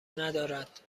ندارد